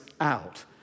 out